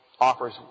offers